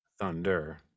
Thunder